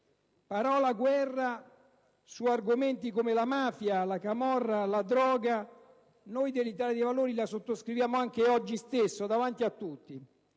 parola guerra su argomenti come la mafia, la camorra e la droga, noi dell'Italia dei Valori la sottoscriviamo anche oggi stesso, davanti a tutti.